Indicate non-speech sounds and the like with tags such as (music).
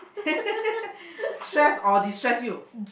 (laughs)